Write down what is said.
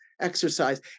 exercise